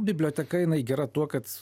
biblioteka jinai gera tuo kad